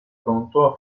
pronto